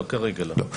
לא, כרגע לא.